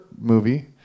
movie